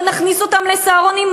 או נכניס אותם ל"סהרונים"?